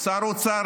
אישור